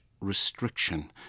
restriction